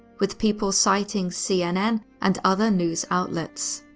with people citing cnn and other news outlets.